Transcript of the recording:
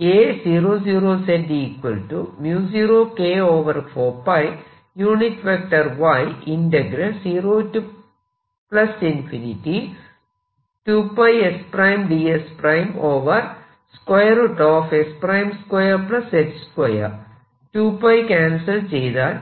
അതായത് 2 ക്യാൻസൽ ചെയ്താൽ